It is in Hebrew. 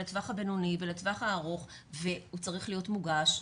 לטווח הבינוני ולטווח הארוך והוא צריך להיות מוגש.